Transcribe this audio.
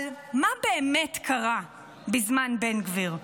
אבל מה באמת קרה בזמן בן גביר,